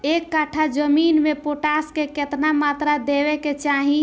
एक कट्ठा जमीन में पोटास के केतना मात्रा देवे के चाही?